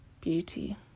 beauty